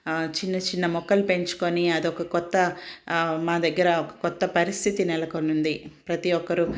చిన్న చిన్న మొక్కలు పెంచుకుని అదొక కొత్త మా దగ్గర ఒక కొత్త పరిస్థితి నెలకొనుంది ప్రతి ఒక్కరు